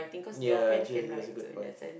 ya actually that's a good point